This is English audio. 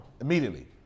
Immediately